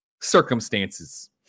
circumstances